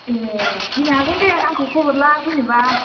ए फैनो हागोन दे आंखौ खबर ला फैनोबा